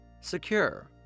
Secure